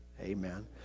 Amen